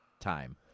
time